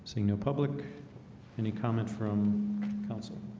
seeing no public any comment from council